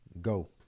go